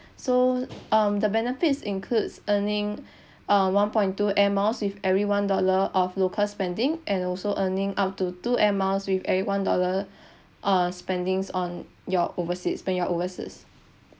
so um the benefits includes earning um one point two air miles with every one dollar of local spending and also earning up to two air miles with every one dollar uh spendings on your overseas when you are overseas